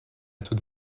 toute